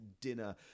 dinner